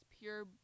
pure